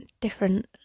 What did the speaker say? different